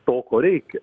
to ko reikia